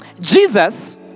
Jesus